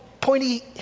pointy